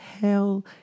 hell